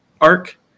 arc